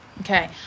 okay